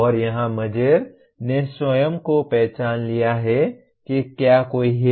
और यहाँ मजेर ने स्वयं को पहचान लिया है कि क्या कोई है